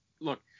look